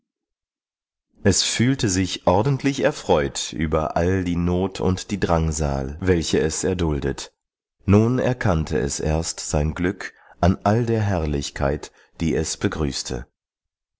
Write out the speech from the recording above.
es fühlte sich ordentlich erfreut über all die not und die drangsal welche es erduldet nun erkannte es erst sein glück an all der herrlichkeit die es begrüßte